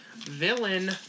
Villain